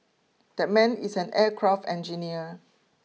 that man is an aircraft engineer